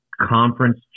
conference